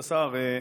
כבוד השר,